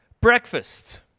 breakfast